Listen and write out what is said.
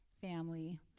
family